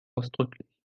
ausdrücklich